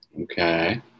Okay